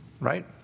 right